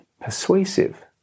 persuasive